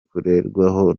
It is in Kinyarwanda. kugerwaho